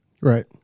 Right